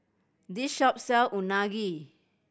this shop sells Unagi